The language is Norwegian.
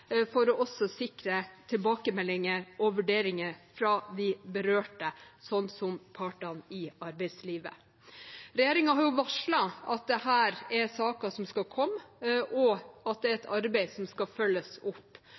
for også å sikre tilbakemeldinger og vurderinger fra de berørte, som partene i arbeidslivet. Regjeringen har varslet at dette er saker som skal komme, og at det er et arbeid som skal følges opp.